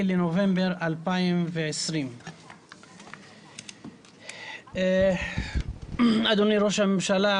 9 בנובמבר 2020. אדוני ראש הממשלה,